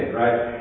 right